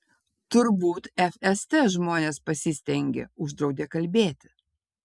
turbūt fst žmonės pasistengė uždraudė kalbėti